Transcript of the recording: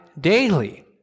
daily